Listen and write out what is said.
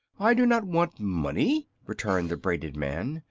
i do not want money, returned the braided man,